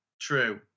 True